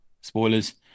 Spoilers